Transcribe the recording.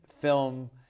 film